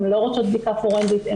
הן לא רוצות בדיקה פורנזית,